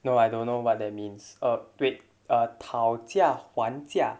no I don't know what that means uh wait uh 讨价还价